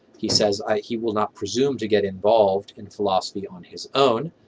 he says he will not presume to get involved in philosophy on his own,